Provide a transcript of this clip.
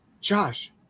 Josh